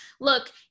look